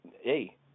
hey